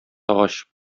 агач